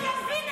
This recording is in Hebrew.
אני מנסה להבין,